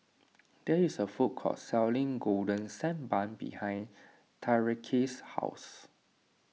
there is a food court selling Golden Sand Bun behind Tyreke's house